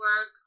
work